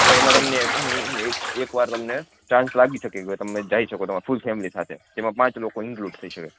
તો એમા તમને એકવાર તમને ચાન્સ લાગી સકે તમે જાઈ સકો ફૂલ ફેમિલી સાથે એમા પાંચ લોકો ઈનકલુડ થઈ સકે